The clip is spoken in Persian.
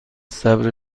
صبر